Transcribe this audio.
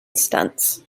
stunts